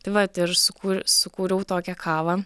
tai vat ir sukūr sukūriau tokią kavą